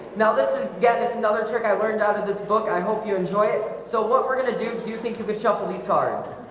now. this again is another trick i learned out of this book i hope you enjoy it. so what we're gonna do do you think you could shuffle these cards?